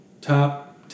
top